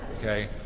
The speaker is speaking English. okay